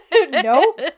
Nope